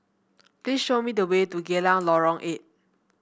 please show me the way to Geylang Lorong Eight